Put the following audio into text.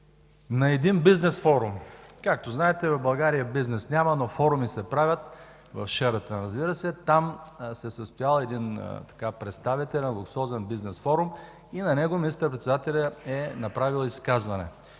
на един бизнес форум. Както знаете, в България бизнес няма, но форуми се правят – в „Шератон”, разбира се. Там се е състоял един представителен, луксозен бизнес форум и на него министър-председателят е направил изказване,